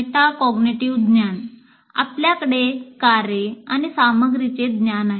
metacognitive ज्ञानआपल्याकडे कार्ये आणि सामग्रीचे ज्ञान आहे